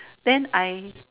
then I